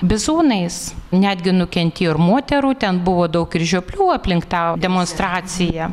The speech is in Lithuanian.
bizūnais netgi nukentėjo ir moterų ten buvo daug ir žioplių aplink tą demonstraciją